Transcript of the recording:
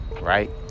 right